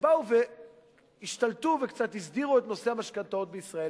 שבאו והשתלטו וקצת הסדירו את המשכנתאות בישראל